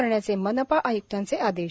करण्याचे मनपा आय्क्तांचे आदेश